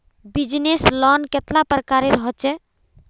Business loan कतेला प्रकारेर होचे?